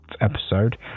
episode